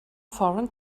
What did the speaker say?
foreign